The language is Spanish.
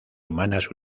humanas